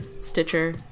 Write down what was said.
Stitcher